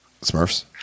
Smurfs